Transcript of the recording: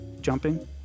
jumping